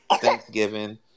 Thanksgiving